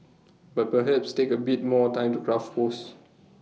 but perhaps take A bit more time to craft posts